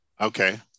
Okay